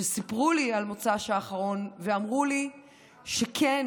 שסיפרו לי על מוצ"ש האחרון ואמרו לי שכן,